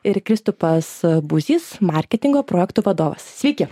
ir kristupas buzys marketingo projektų vadovas sveiki